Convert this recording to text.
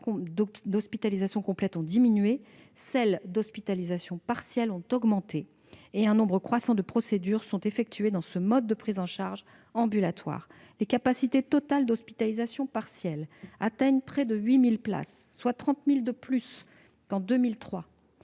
les capacités globales d'hospitalisation complète ont diminué, celles d'hospitalisation partielle ont augmenté, et un nombre croissant de procédures sont désormais effectuées dans ce mode de prise en charge ambulatoire. Les capacités totales d'hospitalisation partielle atteignent près de 80 000 places, soit 30 000 de plus qu'en 2003.